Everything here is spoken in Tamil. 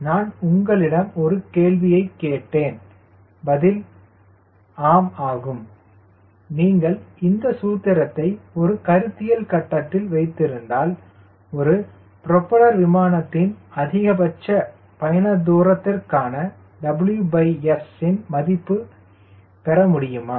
எனவே நான் உங்களிடம் ஒரு கேள்வியைக் கேட்டால் பதில் ஆம் ஆகும் நீங்கள் இந்த சூத்திரத்தை ஒரு கருத்தியல் கட்டத்தில் வைத்திருந்தால் ஒரு புரோப்பல்லர் விமானத்தின் அதிகபட்ச பயண தூரத்திற்கான WS இன் மதிப்பைப் பெற முடியுமா